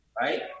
right